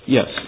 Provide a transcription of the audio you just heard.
Yes